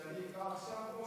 שאני אקרא עכשיו או